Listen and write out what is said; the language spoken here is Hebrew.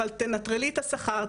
אבל תנטרלי את השכר,